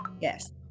yes